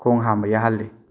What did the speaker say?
ꯈꯣꯡ ꯍꯥꯝꯕ ꯌꯥꯍꯜꯂꯤ